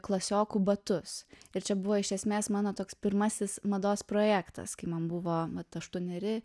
klasiokų batus ir čia buvo iš esmės mano toks pirmasis mados projektas kai man buvo vat aštuoneri